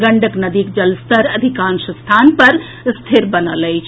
गंडक नदीक जलस्तर अधिकांश स्थान पर रिथर बनल अछि